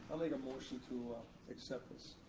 i'll make a motion to accept this.